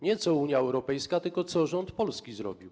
Nie co Unia Europejska zrobiła, tylko co rząd polski zrobił.